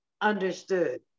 understood